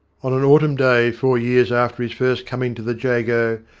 on an autumn day four years after his first coming to the jago,